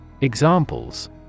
Examples